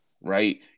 right